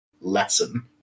Lesson